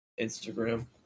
Instagram